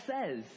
says